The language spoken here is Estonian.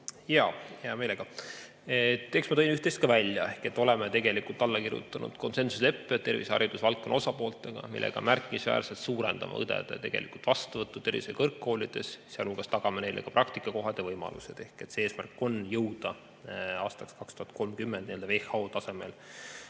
Jaa, hea meelega. Eks ma tõin üht-teist ka välja. Oleme tegelikult alla kirjutanud konsensusleppe tervise‑ ja haridusvaldkonna osapooltega, millega märkimisväärselt suurendame õdede vastuvõttu tervishoiu kõrgkoolides, sealhulgas tagame neile praktikakohtade võimalused. Ehk eesmärk on jõuda aastaks 2030 WHO tasemel